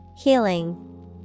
Healing